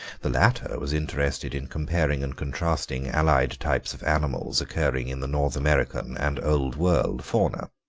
the latter was interested in comparing and contrasting allied types of animals occurring in the north american and old world fauna.